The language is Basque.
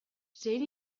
zein